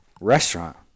restaurant